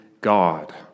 God